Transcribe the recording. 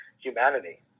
humanity